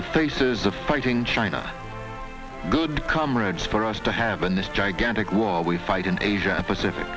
the faces the fighting china good comrades for us to have in this gigantic war we fight in asia pacific